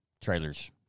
trailers